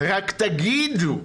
רק תגידו.